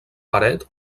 paret